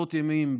עשרות ימים,